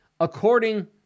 according